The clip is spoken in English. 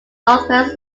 northwest